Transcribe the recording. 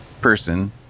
person